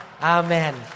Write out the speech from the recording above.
Amen